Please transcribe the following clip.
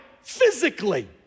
physically